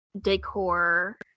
decor